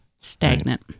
stagnant